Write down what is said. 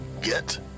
get